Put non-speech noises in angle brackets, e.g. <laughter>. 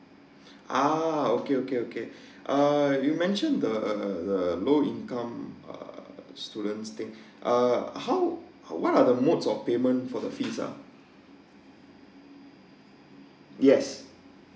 <breath> ah okay okay okay <breath> uh you mentioned the uh the low income uh students thing <breath> uh how what are the mode of payment for the fee ah yes